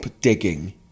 digging